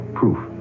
proof